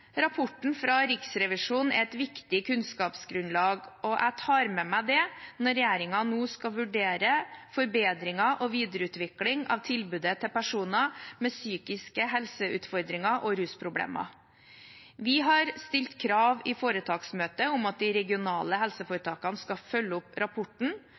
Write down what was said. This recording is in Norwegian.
Rapporten fra Riksrevisjonen er et viktig kunnskapsgrunnlag, og jeg tar med meg det når regjeringen nå skal vurdere forbedringer og videreutvikling av tilbudet til personer med psykiske helseutfordringer og rusproblemer. Vi har stilt krav i foretaksmøtet om at de regionale helseforetakene skal følge opp rapporten.